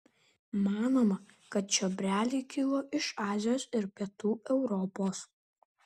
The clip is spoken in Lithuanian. manoma kad čiobreliai kilo iš azijos ir pietų europos